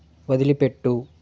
వదిలిపెట్టు